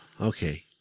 Okay